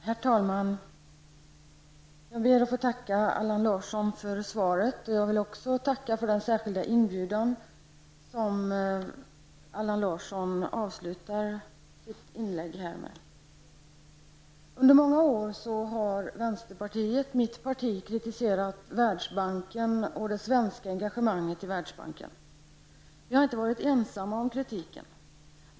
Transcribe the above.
Herr talman! Jag ber att få tacka Allan Larsson för svaret. Jag vill också tacka för den särskilda inbjudan som Allan Larsson kom med i slutet av sitt inlägg här. Under många år har mitt parti, vänsterpartiet, kritiserat Världsbanken och det svenska engagemanget i fråga om denna. Vi har inte varit ensamma om att framföra denna kritik.